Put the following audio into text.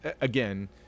again